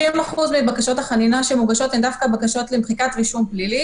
60% מבקשות החנינה הן דווקא בקשות למחיקת רישום פלילי,